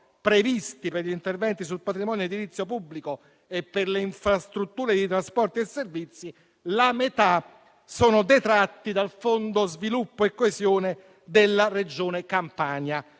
previsti per gli interventi sul patrimonio edilizio pubblico e per le infrastrutture di trasporti e servizi, la metà sono detratti dal fondo sviluppo e coesione della Regione Campania.